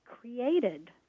created